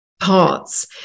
Parts